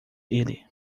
ele